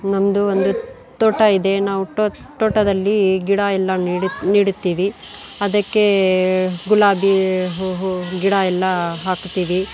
ನಮ್ಮದು ಒಂದು ತೋಟ ಇದೆ ನಾವು ಟೋ ತೋಟದಲ್ಲಿ ಗಿಡ ಎಲ್ಲ ನೆಡು ನೆಡುತ್ತೀವಿ ಅದಕ್ಕೆ ಗುಲಾಬಿ ಹೂ ಹೂ ಗಿಡ ಎಲ್ಲ ಹಾಕುತ್ತೀವಿ